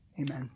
Amen